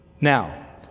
Now